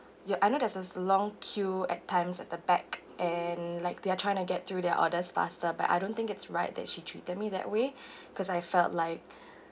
ya I know there's a long queue at times at the back and like they're trying to get through their orders faster but I don't think it's right that she treated me that way cause I felt like